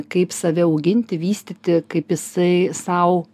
kaip save auginti vystyti kaip jisai sau